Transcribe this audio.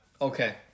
okay